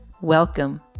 Welcome